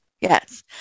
yes